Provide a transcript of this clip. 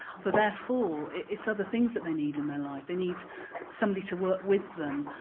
so therefore it's other things that they need in their life they need somebody to work with them,